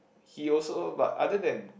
he also but other than